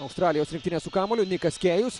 australijos rinktinė su kamuoliu nikas kėjus